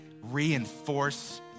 reinforce